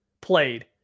played